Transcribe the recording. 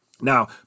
Now